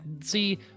see